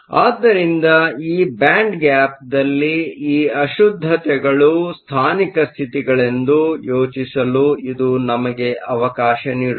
ಆದ್ದರಿಂದ ಈ band gap gapದಲ್ಲಿ ಈ ಅಶುದ್ದತೆಗಳು ಸ್ಥಾನಿಕ ಸ್ಥಿತಿಗಳೆಂದು ಯೋಚಿಸಲು ಇದು ನಮಗೆ ಅವಕಾಶ ನೀಡುತ್ತದೆ